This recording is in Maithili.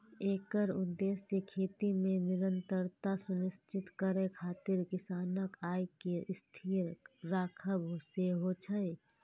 एकर उद्देश्य खेती मे निरंतरता सुनिश्चित करै खातिर किसानक आय कें स्थिर राखब सेहो छै